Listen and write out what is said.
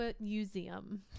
Museum